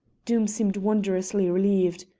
doom seemed wonderously relieved.